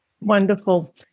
Wonderful